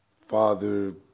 father